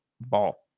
ball